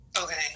Okay